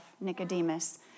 Nicodemus